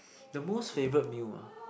the most favourite meal ah